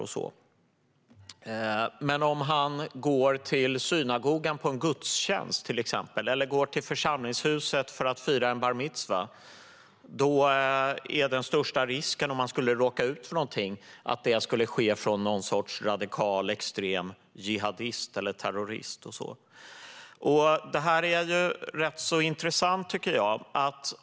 Och om han går till synagogan, på en gudstjänst till exempel, eller till församlingshuset för att fira en bar mitzva skulle den största risken att råka ut för någonting komma av att någon sorts radikal extrem jihadist eller terrorist skulle göra något. Det är ganska intressant.